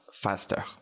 faster